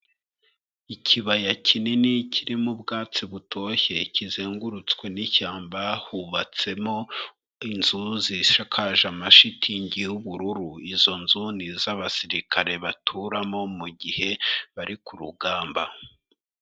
Ikibaya kinini kirimo ubwatsi butoshye kizengurutswe n'ishyamba, hubatsemo inzu zisakaje amashitingi y'ubururu. Izo nzu ni iz'abasirikare baturamo mugihe bari ku rugamba.